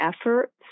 efforts